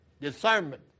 Discernment